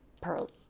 pearls